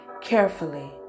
carefully